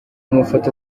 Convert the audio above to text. amafoto